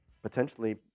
Potentially